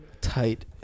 tight